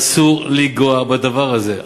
אסור לנגוע בדבר הזה.